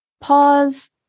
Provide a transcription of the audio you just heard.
Pause